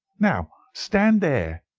now, stand there!